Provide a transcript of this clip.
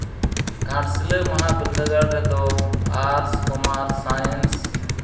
ᱜᱷᱟᱴᱥᱤᱞᱟᱹ ᱢᱚᱦᱟ ᱵᱤᱨᱫᱟᱹᱜᱟᱲ ᱨᱮᱫᱚ ᱟᱨᱴᱥ ᱠᱚᱢᱟᱨᱥ ᱥᱟᱭᱮᱱᱥ